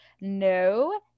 no